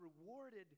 rewarded